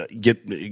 get